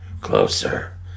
Closer